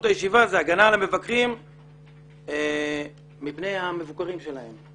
הישיבה היא הגנה על המבקרים מפני המבוקרים שלהם.